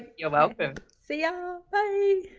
you're welcome. see um